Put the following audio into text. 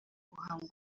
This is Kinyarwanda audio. guhanga